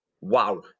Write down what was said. wow